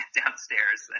downstairs